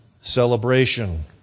celebration